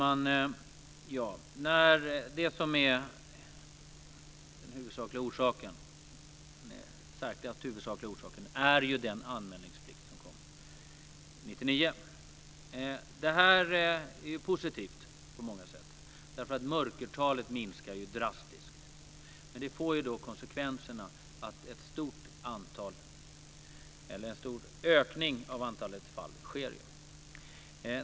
Fru talman! Den huvudsakliga orsaken är den anmälningsplikt som trädde i kraft 1999. Det är på många sätt positivt. Mörkertalet minskar drastiskt. Det får konsekvensen att det blir en stor ökning av antalet fall.